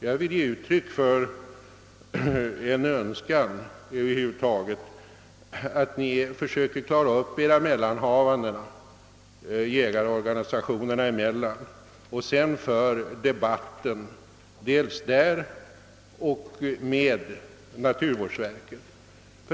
Jag vill ge uttryck för en önskan om att jägarna själva och deras organisationer försöker klara upp sina mellanhavanden och att debatten förs dels jägarna emellan, dels mellan jägarna och naturvårdsverket.